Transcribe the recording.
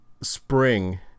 spring